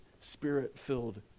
Spirit-filled